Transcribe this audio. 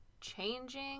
changing